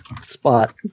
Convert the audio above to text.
spot